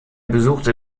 besuchte